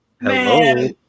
hello